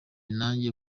nanjye